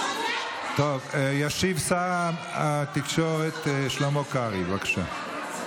ישיב שר התקשורת שלמה קרעי, בבקשה.